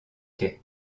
quai